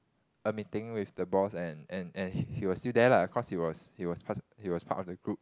a meeting with the boss and and and he was still there lah cause he was he was pre~ he was part of the group